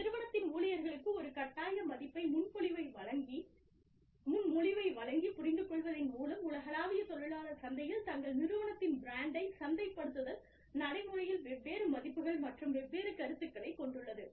நிறுவனத்தின் ஊழியர்களுக்கு ஒரு கட்டாய மதிப்பு முன்மொழிவை வழங்கி புரிந்துகொள்வதின் மூலம் உலகளாவிய தொழிலாளர் சந்தையில் தங்கள் நிறுவனத்தின் பிராண்டை சந்தைப்படுத்துதல் நடைமுறையில் வெவ்வேறு மதிப்புகள் மற்றும் வெவ்வேறு கருத்துக்களை கொண்டுள்ளது